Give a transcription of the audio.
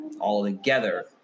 all-together